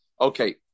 Okay